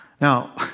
Now